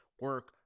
Work